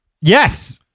Yes